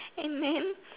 and then